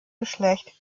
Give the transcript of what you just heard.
geschlecht